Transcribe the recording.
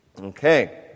Okay